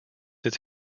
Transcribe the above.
its